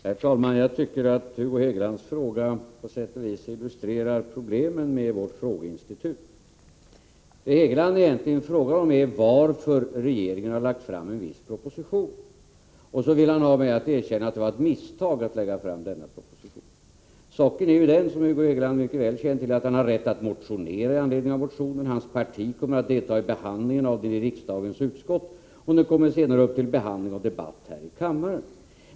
Herr talman! Jag tycker att Hugo Hegelands fråga på sätt och vis illustrerar problemen med vårt frågeinstitut. Det Hugo Hegeland egentligen frågar om är varför regeringen har lagt fram en viss proposition. Sedan vill han ha mig att erkänna att det var ett misstag att lägga fram denna proposition. Saken är den, som Hugo Hegoland mycket väl känner till, att han har rätt att motionera i anledning av propositionen, att hans parti kommer att delta i behandlingen av propositionen i riksdagens utskott, och att propositionen senare kommer upp till behandling och debatt här i kammaren.